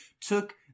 took